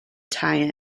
tie